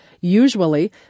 Usually